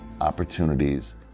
opportunities